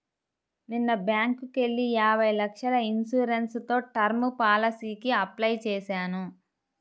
నిన్న బ్యేంకుకెళ్ళి యాభై లక్షల ఇన్సూరెన్స్ తో టర్మ్ పాలసీకి అప్లై చేశాను